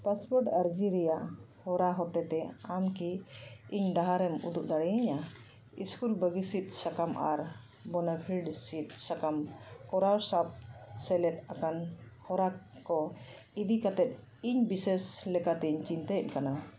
passport ᱟᱨᱡᱤ ᱨᱮᱭᱟᱜ ᱦᱚᱨᱟ ᱦᱚᱛᱮ ᱛᱮ ᱟᱢ ᱠᱤ ᱤᱧ ᱰᱟᱦᱟᱨᱮᱢ ᱩᱫᱩᱜ ᱫᱟᱲᱮᱭᱤᱧᱟ ᱤᱥᱠᱩᱞ ᱵᱟᱹᱜᱤ ᱥᱤᱫᱽ ᱥᱟᱠᱟᱢ ᱟᱨ ᱵᱳᱱᱟᱯᱷᱤᱰ ᱥᱤᱫᱽ ᱥᱟᱠᱟᱢ ᱠᱚ ᱥᱟᱶ ᱥᱮᱞᱮᱫ ᱟᱠᱟᱱ ᱦᱚᱨᱟ ᱠᱚ ᱤᱫᱤ ᱠᱟᱛᱮᱫ ᱤᱧ ᱵᱤᱥᱮᱥ ᱞᱮᱠᱟᱛᱤᱧ ᱪᱤᱱᱛᱟᱹᱭᱮᱜ ᱠᱟᱱᱟ